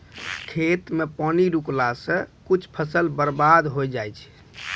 खेत मे पानी रुकला से कुछ फसल बर्बाद होय जाय छै